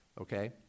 okay